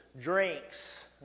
drinks